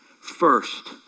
first